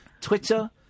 Twitter